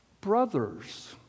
brothers—